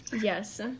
Yes